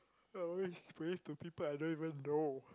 I always pray to people I don't even know